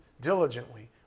diligently